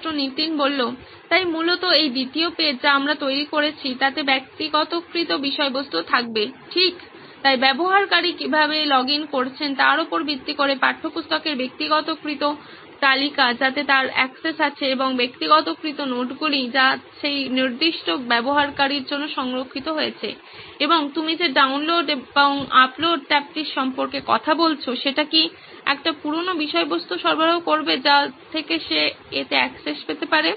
ছাত্র নীতিন তাই মূলত এই দ্বিতীয় পেজ যা আমরা তৈরি করেছি তাতে ব্যক্তিগতকৃত বিষয়বস্তু থাকবে ঠিক তাই ব্যবহারকারী কিভাবে লগইন করেছেন তার উপর ভিত্তি করে পাঠ্যপুস্তকের ব্যক্তিগতকৃত তালিকা যাতে তার অ্যাক্সেস আছে এবং ব্যক্তিগতকৃত নোটগুলি যা সেই নির্দিষ্ট ব্যবহারকারীর জন্য রক্ষিত হয়েছে এবং তুমি যে ডাউনলোড এবং আপলোড ট্যাবটির সম্পর্কে কথা বলছো সেটা কি একটি পুরানো বিষয়বস্তু সরবরাহ করবে যা থেকে সে এতে অ্যাক্সেস পেতে পারে